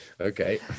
okay